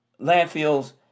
landfills